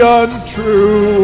untrue